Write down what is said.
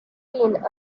been